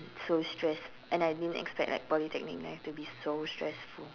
so stress and I didn't expect like Polytechnic math to be so stressful